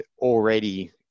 already